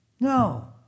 No